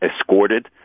escorted